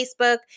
Facebook